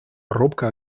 робко